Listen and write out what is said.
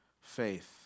faith